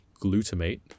glutamate